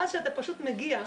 ואז כשאתה פשוט מגיע,